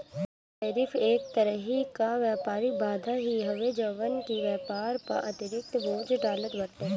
tariff एक तरही कअ व्यापारिक बाधा ही हवे जवन की व्यापार पअ अतिरिक्त बोझ डालत बाटे